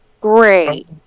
Great